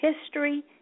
history